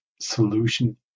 solution